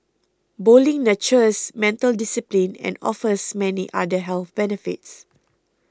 bowling nurtures mental discipline and offers many other health benefits